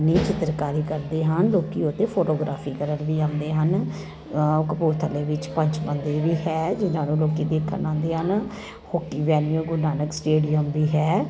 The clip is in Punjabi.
ਆਪਣੀ ਚਿੱਤਰਕਾਰੀ ਕਰਦੇ ਹਨ ਲੋਕ ਉੱਥੇ ਫੋਟੋਗ੍ਰਾਫੀ ਕਰਨ ਵੀ ਆਉਂਦੇ ਹਨ ਕਪੂਰਥਲੇ ਵਿੱਚ ਪੰਚ ਮੰਦਿਰ ਵੀ ਹੈ ਜਿਹਨਾਂ ਨੂੰ ਲੋਕ ਦੇਖਣ ਆਉਂਦੇ ਹਨ hockey venue Guru Nanak stadium ਵੀ ਹੈ